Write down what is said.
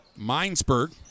Minesburg